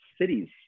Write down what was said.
cities